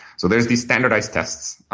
so there's these standardized tests.